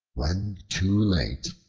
when too late,